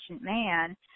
man